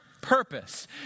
purpose